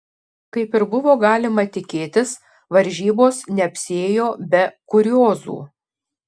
kaip ir buvo galima tikėtis varžybos neapsiėjo be kuriozų